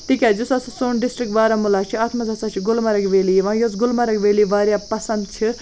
تِکیٛازِ یُس ہسا سون ڈِسٹِرٛک بارہمولہ چھِ اَتھ منٛز ہسا چھِ گُلمرگ ویلی یِوان یۄس گُلمرگ ویلی واریاہ پسنٛد چھِ